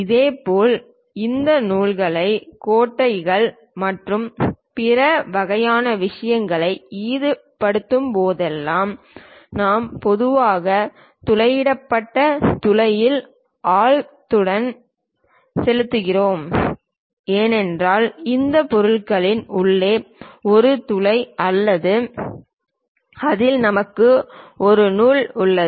இதேபோல் இந்த நூல்கள் கொட்டைகள் மற்றும் பிற வகையான விஷயங்களை ஈடுபடுத்தும்போதெல்லாம் நாம் பொதுவாக துளையிடப்பட்ட துளையின் ஆழத்துடன் செல்கிறோம் ஏனென்றால் இந்த பொருளின் உள்ளே ஒரு துளை உள்ளது அதில் நமக்கு ஒரு நூல் உள்ளது